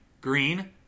Green